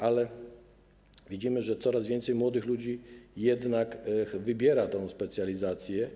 Ale widzimy, że coraz więcej młodych ludzi jednak wybiera tę specjalizację.